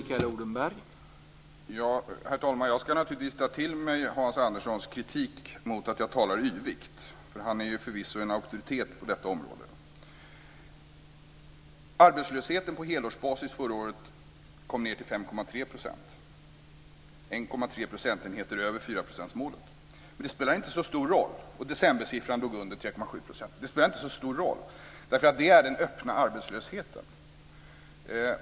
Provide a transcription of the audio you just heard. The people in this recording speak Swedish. Herr talman! Jag ska naturligtvis ta till mig Hans Anderssons kritik mot att jag talar yvigt. Han är förvisso en auktoritet på detta område. Arbetslösheten på helårsbasis kom förra året ned till 5,3 %. Det är 1,3 procentenheter över 4 Men det spelar inte så stor roll, eftersom det är den öppna arbetslösheten.